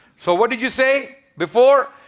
so what did you say before?